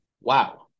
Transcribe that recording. Wow